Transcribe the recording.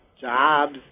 jobs